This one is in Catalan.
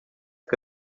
que